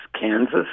Kansas